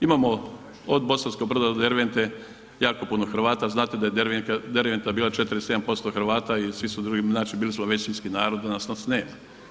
Imamo od Bosanskog Broda do Dervente jako puno Hrvata, znate da je Derventa bila 41% Hrvata i svi su drugi, znači bili smo većinski narod, danas nas nema.